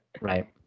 Right